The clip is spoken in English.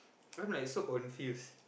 I'm like so confused